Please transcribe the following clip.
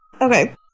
Okay